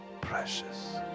Precious